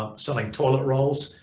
ah selling toilet rolls,